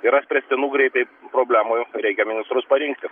yra spręstinų greitai problemų reikia ministrus parinkti